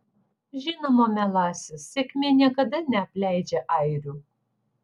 žinoma mielasis sėkmė niekada neapleidžia airių